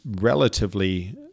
relatively